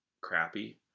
crappy